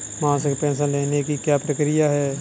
मासिक पेंशन लेने की क्या प्रक्रिया है?